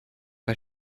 bei